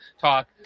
talk